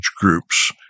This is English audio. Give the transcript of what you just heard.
groups